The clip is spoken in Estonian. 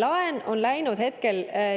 laen on läinud